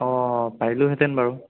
অঁ পাৰিলোহেতেন বাৰু